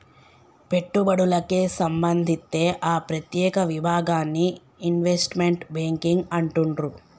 పెట్టుబడులకే సంబంధిత్తే ఆ ప్రత్యేక విభాగాన్ని ఇన్వెస్ట్మెంట్ బ్యేంకింగ్ అంటుండ్రు